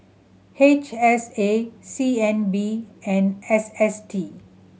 H S A C N B and S S T